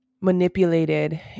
manipulated